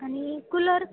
आणि कूलर